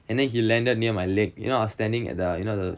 and then he landed near my leg you know I was standing at the you know